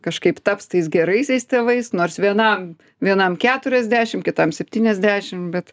kažkaip taps tais geraisiais tėvais nors vienam vienam keturiasdešim kitam septyniasdešim bet